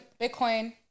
Bitcoin